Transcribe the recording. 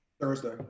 Thursday